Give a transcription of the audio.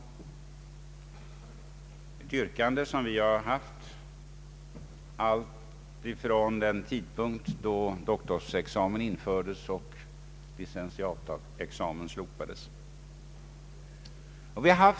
Vi har framställt yrkanden om dess genomförande alltifrån den tidpunkt då doktorsexamen infördes och licentiatexamen slopades.